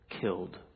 Killed